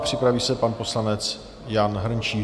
Připraví se pan poslanec Jan Hrnčíř.